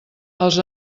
els